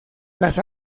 las